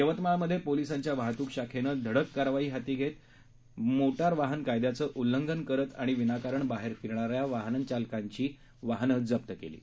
यवतमाळमध्ये पोलिसांच्या वाहतूक शाखेने धडक कारवाई हाती घेत मोटर वाहन कायदयाचे उल्लंघन करीत आणि विनाकारण बाहेर फिरणाऱ्या वाहनचालकांची वाहनं जप्त केली आहे